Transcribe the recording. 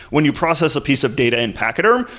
when you process a piece of data in pachyderm,